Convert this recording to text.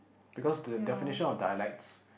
because the definition of dialects